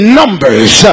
numbers